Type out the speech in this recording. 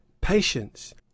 patience